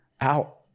out